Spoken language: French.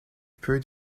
peu